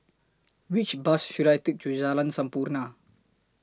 Which Bus should I Take to Jalan Sampurna